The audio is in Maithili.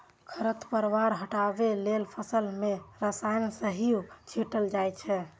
खरपतवार हटबै लेल फसल मे रसायन सेहो छीटल जाए छै